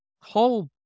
whole